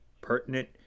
pertinent